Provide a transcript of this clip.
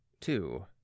Two